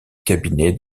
cabinet